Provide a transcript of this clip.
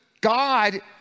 God